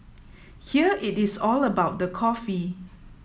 here it is all about the coffee